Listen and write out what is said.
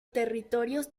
territorios